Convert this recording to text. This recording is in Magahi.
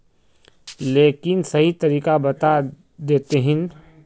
लेकिन सही तरीका बता देतहिन?